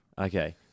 Okay